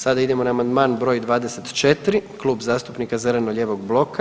Sada idemo na amandman br. 24 Klub zastupnika zeleno-lijevog bloka.